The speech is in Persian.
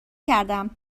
کردم